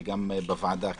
וגם בוועדה כאן.